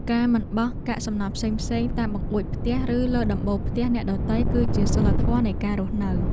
ការមិនបោះកាកសំណល់ផ្សេងៗតាមបង្អួចផ្ទះឬលើដំបូលផ្ទះអ្នកដទៃគឺជាសីលធម៌នៃការរស់នៅ។